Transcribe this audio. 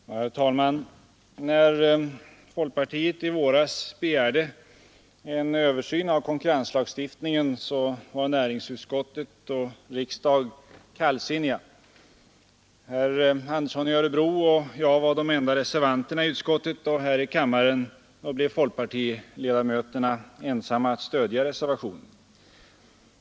Herr talman! När folkpartiet i våras begärde en översyn av konkurrenslagstiftningen var näringsutskottet och kammaren kallsinniga. Herr Andersson i Örebro och jag var de enda reservanterna i utskottet, och här i kammaren blev folkpartiledamöterna ensamma att stödja reservationen.